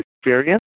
experience